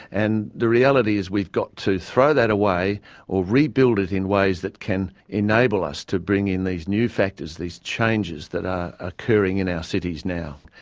and the reality is we've got to throw that away or rebuild it in ways that can enable us to bring in these new factors, these changes that are occurring in our cities now.